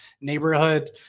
neighborhood